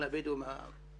על הבדואים בנגב,